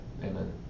Amen